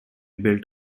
built